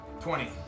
Twenty